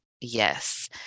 Yes